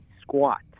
squat